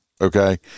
okay